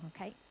okay